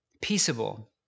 peaceable